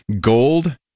Gold